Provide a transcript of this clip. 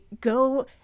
go